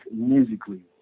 musically